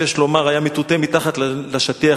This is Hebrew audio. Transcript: שיש לומר שהיה מטואטא מתחת לשטיח,